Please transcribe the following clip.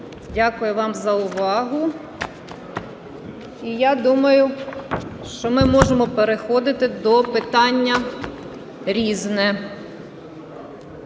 Дякую вам за увагу. І я думаю, що ми можемо переходити до питання "Різне".